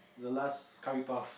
the last curry puff